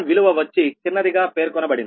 విలువ వచ్చి చిన్నదిగా పేర్కొనబడింది